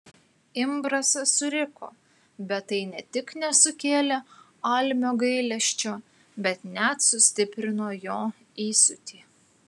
imbrasas suriko bet tai ne tik nesukėlė almio gailesčio bet net sustiprino jo įsiūtį